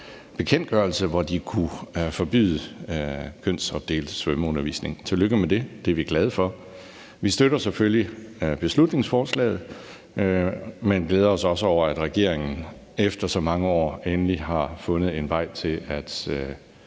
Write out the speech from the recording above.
bekendtgørelse, hvormed de kunne forbyde kønsopdelt svømmeundervisning. Tillykke med det. Det er vi glade for. Vi støtter selvfølgelig beslutningsforslaget, men glæder os også over, at regeringen efter så mange år endelig har fundet en vej til, at